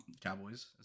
Cowboys